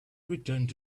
returned